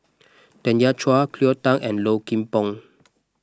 Tanya Chua Cleo Thang and Low Kim Pong